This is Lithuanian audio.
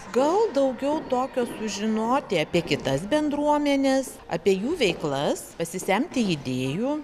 gal daugiau tokio sužinoti apie kitas bendruomenes apie jų veiklas pasisemti idėjų